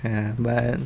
ya but